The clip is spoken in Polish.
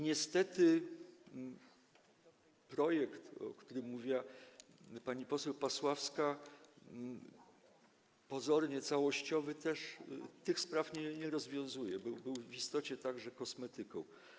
Niestety projekt, o którym mówiła pani poseł Pasławska, pozornie całościowy, też tych spraw nie rozwiązuje, był w istocie także kosmetyką.